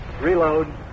Reload